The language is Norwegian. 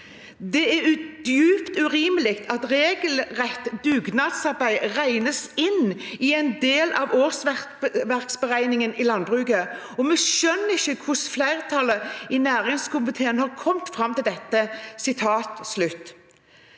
«Det er dypt urimelig at regelrett dugnadsarbeid regnes inn som en del av årsverksberegningen i landbruket, og vi skjønner ikke hvordan flertallet i næringskomiteen har kommet frem til dette.»